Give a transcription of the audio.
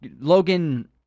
Logan